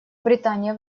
британия